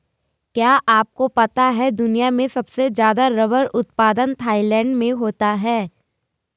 क्या आपको पता है दुनिया में सबसे ज़्यादा रबर उत्पादन थाईलैंड में होता है?